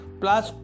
plus